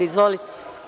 Izvolite.